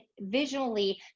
visually